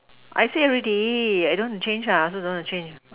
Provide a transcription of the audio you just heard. I say already I don't want to change I also don't want to change